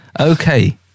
Okay